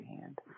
hand